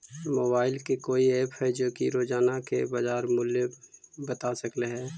Mobile के कोइ app है जो कि रोजाना के बाजार मुलय बता सकले हे?